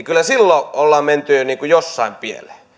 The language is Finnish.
kyllä silloin ollaan menty jossain pieleen